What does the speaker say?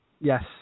Yes